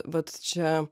vat čia